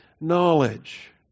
knowledge